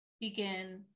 begin